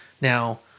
Now